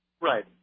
Right